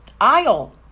aisle